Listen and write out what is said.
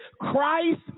Christ